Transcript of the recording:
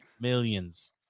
Millions